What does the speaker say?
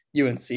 UNC